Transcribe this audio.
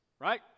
right